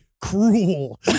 cruel